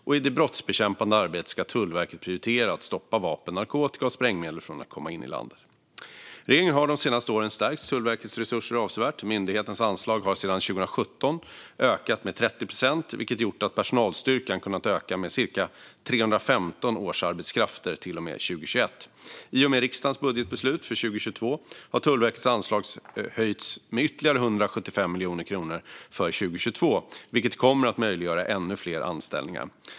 I det brottsbekämpande arbetet ska Tullverket prioritera att stoppa vapen, narkotika och sprängmedel från att komma in i landet. Regeringen har de senaste åren stärkt Tullverkets resurser avsevärt. Myndighetens anslag har sedan 2017 ökat med 30 procent, vilket gjort att personalstyrkan kunnat öka med cirka 315 årsarbetskrafter till och med 2021. I och med riksdagens budgetbeslut för 2022 har Tullverkets anslag höjts med ytterligare 175 miljoner kronor för 2022, vilket kommer att möjliggöra ännu fler anställningar.